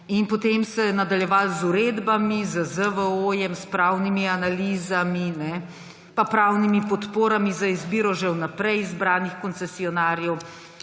In potem se je nadaljevalo z uredbami, z ZVO, s pravnimi analizami, pa pravnimi podporami za izbiro že vnaprej izbranih koncesionarjev.